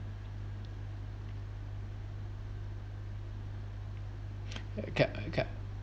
uh cap uh cap